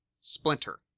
Splinter